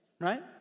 right